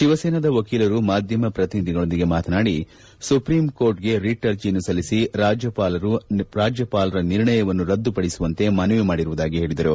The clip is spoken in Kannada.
ಶಿವಸೇನಾದ ವಕೀಲರು ಮಾಧ್ಯಮ ಪ್ರತಿನಿಧಿಗಳೊಂದಿಗೆ ಮಾತನಾಡಿ ಸುಪ್ರೀಂ ಕೋರ್ಟ್ ರಿಟ್ ಅರ್ಜೆಯನ್ನು ಸಲ್ಲಿಸಿ ರಾಜ್ಯಪಾಲರ ನಿರ್ಣಯವನ್ನು ರದ್ದುಪಡಿಸುವಂತೆ ಮನವಿ ಮಾಡಿರುವುದಾಗಿ ಹೇಳದರು